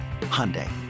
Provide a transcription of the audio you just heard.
Hyundai